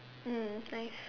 mm nice